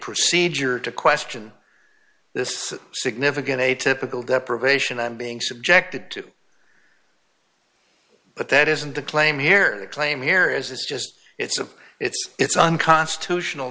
procedure to question this significant a typical deprivation i'm being subjected to but that isn't the claim here claim here is this just it's of it's it's unconstitutional